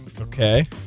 Okay